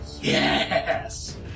Yes